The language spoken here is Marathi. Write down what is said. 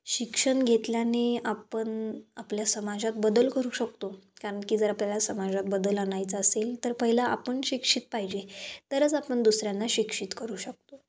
शिक्षण घेतल्याने आपण आपल्या समाजात बदल करू शकतो कारण की जर आपल्याला समाजात बदल आणायचं असेल तर पहिलं आपण शिक्षित पाहिजे तरच आपण दुसऱ्यांना शिक्षित करू शकतो